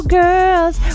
girls